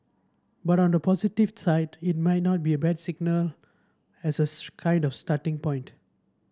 but on the positive side it may not be a bad signal as a kind of starting point